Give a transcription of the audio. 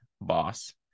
boss